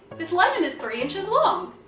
this lemon is three inches long!